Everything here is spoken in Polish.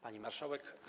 Pani Marszałek!